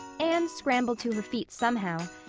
anne scrambled to her feet somehow,